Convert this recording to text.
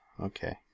Okay